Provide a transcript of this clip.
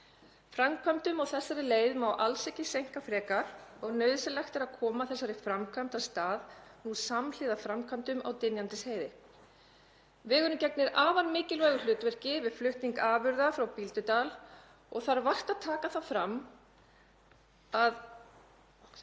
Framkvæmdum á þessari leið má alls ekki seinka frekar og nauðsynlegt er að koma þessari framkvæmd af stað samhliða framkvæmdum á Dynjandisheiði. Vegurinn gegnir afar mikilvægu hlutverki við flutning afurða frá Bíldudal og þarf vart að taka það fram